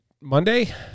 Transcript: monday